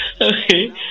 okay